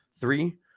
Three